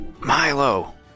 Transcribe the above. Milo